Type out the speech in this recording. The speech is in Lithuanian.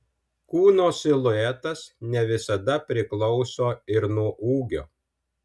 kūno siluetas ne visada priklauso ir nuo ūgio